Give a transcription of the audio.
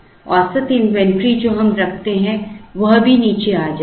औसत इन्वेंट्री जो हम रखते हैं वह भी नीचे आ जाएगी